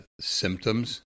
symptoms